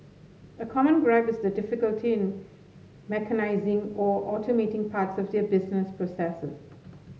a common gripe is the difficulty in mechanising or automating parts of their business processes